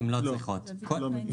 הן לא צריכות, הן לא מגיעות.